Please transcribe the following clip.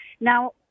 Now